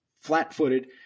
flat-footed